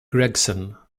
gregson